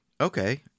Okay